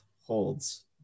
holds